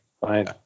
Fine